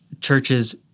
churches